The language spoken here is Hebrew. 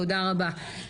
תודה רבה.